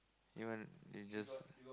you want you just